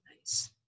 nice